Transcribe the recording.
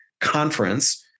conference